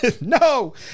no